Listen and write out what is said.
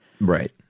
Right